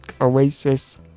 Oasis